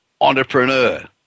Entrepreneur